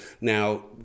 now